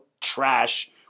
trash